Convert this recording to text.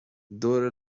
دور